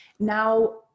Now